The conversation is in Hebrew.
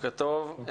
בוקר טוב,